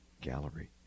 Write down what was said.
Gallery